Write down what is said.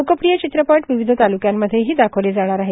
लोकप्रिय चित्रपट विविध तालुक्यांमध्ये दाखविले जाणार आहेत